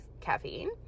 caffeine